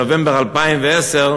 הגישו את הצעת החוק בנובמבר 2010,